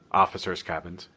officers' cabins,